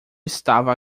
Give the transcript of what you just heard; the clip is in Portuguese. estava